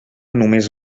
només